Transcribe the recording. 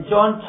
John